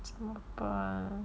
super